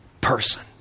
person